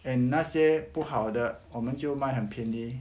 and 那些不好的我们就卖很便宜